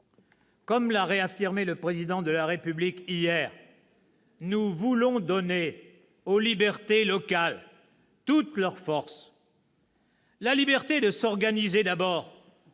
Comme l'a réaffirmé le Président de la République hier, nous voulons donner aux libertés locales toutes leurs forces. » Ah !« La liberté de s'organiser d'abord,